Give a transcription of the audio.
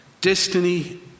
destiny